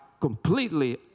completely